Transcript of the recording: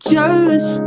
Jealous